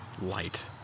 light